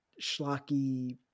schlocky